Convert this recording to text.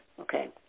Okay